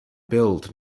billed